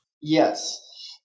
Yes